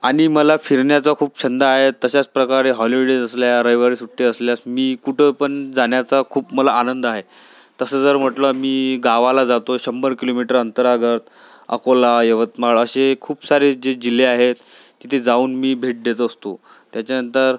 आणि मला फिरण्याचा खूप छंद आहे तशाच प्रकारे हॉलिडेज् असल्या रविवारी सुट्टी असल्यास मी कुठं पण जाण्याचा खूप मला आनंद आहे तसं जर म्हटलं मी गावाला जातो शंभर किलोमीटर अंतरागत अकोला यवतमाळ असे खूप सारे जे जिल्हे आहेत तिथे जाऊन मी भेट देत असतो त्याच्यानंतर